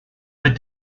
but